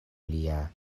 lia